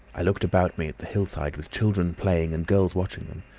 i looked about me at the hillside, with children playing and girls watching them,